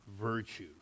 virtue